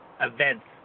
events